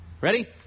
Ready